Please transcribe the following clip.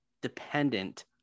dependent